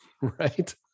Right